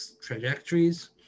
trajectories